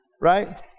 Right